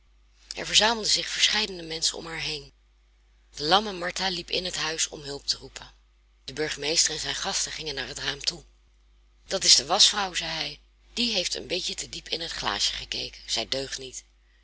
er verzamelden zich verscheidene menschen om haar heen de lamme martha liep in het huis om hulp in te roepen de burgemeester en zijn gasten gingen naar het raam toe dat is de waschvrouw zei hij die heeft een beetje te diep in het glaasje gekeken zij deugt niet